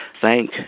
thank